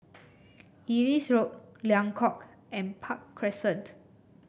Ellis Road Liang Court and Park Crescent